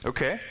Okay